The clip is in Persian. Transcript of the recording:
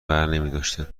برنمیداشتن